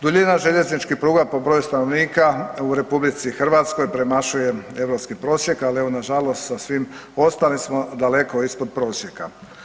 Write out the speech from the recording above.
Duljina željezničkih pruga po broju stanovnika u RH premašuje europski prosjek, ali evo, nažalost sa svim ostalim smo daleko ispod prosjeka.